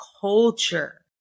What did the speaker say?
culture